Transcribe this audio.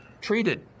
treated